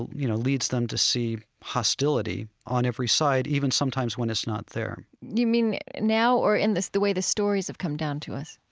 you know, leads them to see hostility on every side, even sometimes when it's not there you mean now, or in the way the stories have come down to us?